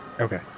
Okay